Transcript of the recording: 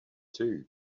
too